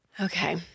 Okay